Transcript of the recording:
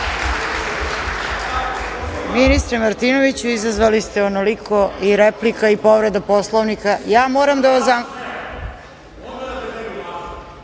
Ministre Martinoviću, izazvali ste onoliko i replika i povreda Poslovnika. Kolega